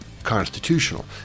constitutional